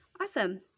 Awesome